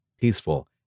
peaceful